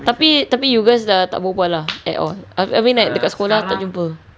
tapi tapi you guys dah tak berbual lah at all I mean like dekat sekolah tak jumpa